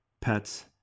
pets